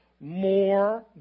more